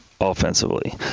offensively